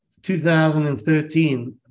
2013